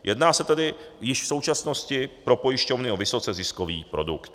Jedná se tedy již v současnosti pro pojišťovny o vysoce ziskový produkt.